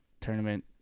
tournament